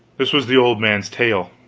this was the old man's tale.